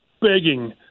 begging